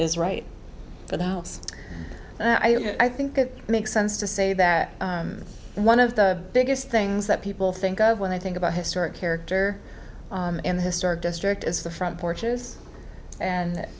is right for the house i mean i think it makes sense to say that one of the biggest things that people think of when i think about historic character in the historic district is the front porches and